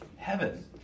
Heaven